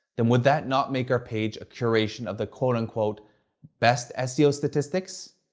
then would that not make our page a curation of the quote unquote best seo statistics?